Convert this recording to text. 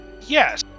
Yes